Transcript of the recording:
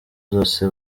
zose